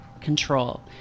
Control